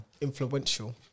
Influential